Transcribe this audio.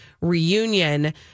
reunion